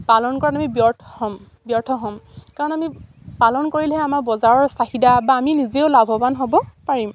পালন কৰাত আমি ব্যৰ্থ হ'ম ব্যৰ্থ হ'ম কাৰণ আমি পালন কৰিলেহে আমাৰ বজাৰৰ চাহিদা বা আমি নিজেও লাভৱান হ'ব পাৰিম